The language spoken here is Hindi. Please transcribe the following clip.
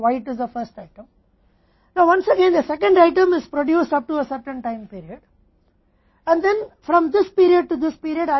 अब एक बार फिर से 2nd आइटम का निर्माण एक निश्चित समय अवधि तक किया जाता है और फिर इस अवधि से इस अवधि तक हमारे उपकरण निष्क्रिय हो सकते हैं